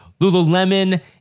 Lululemon